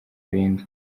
bindi